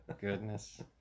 Goodness